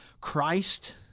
Christ